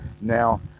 now